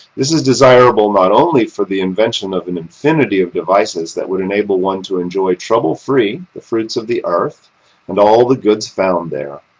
this is desirable not only for the invention of an infinity of devices that would enable one to enjoy trouble-free the fruits of the earth and all the goods found there,